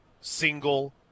single